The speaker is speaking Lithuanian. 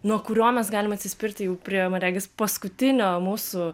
nuo kurio mes galim atsispirti jau prie man regis paskutinio mūsų